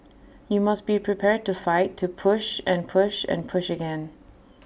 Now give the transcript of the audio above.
you must be prepared to fight to push and push and push again